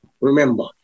remember